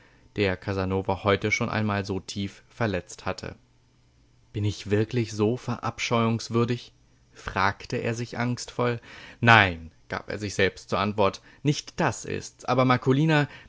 der casanova heute schon einmal so tief verletzt hatte bin ich wirklich so verabscheuungswürdig fragte er sich angstvoll nein gab er sich selbst zur antwort nicht das ist's aber marcolina